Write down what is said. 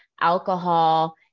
alcohol